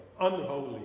unholy